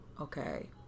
okay